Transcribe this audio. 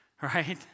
right